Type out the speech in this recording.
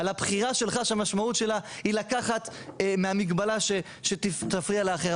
על הבחירה שלך שהמשמעות שלך היא לקחת מהמגבלה שתפריע לאחר,